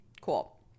Cool